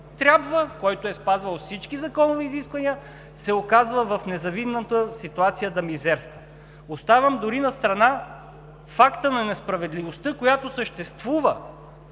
трябва, който е спазвал всички законови изисквания, се оказва в незавидната ситуация да мизерства. Оставям дори настрана факта на несправедливостта, която съществува